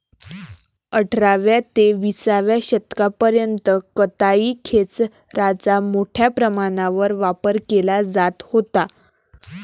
अठराव्या ते विसाव्या शतकापर्यंत कताई खेचराचा मोठ्या प्रमाणावर वापर केला जात होता